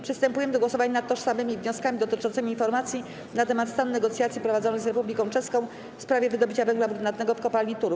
Przystępujemy do głosowania nad tożsamymi wnioskami dotyczącymi informacji na temat stanu negocjacji prowadzonych z Republiką Czeską w sprawie wydobycia węgla brunatnego w kopalni Turów.